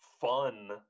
fun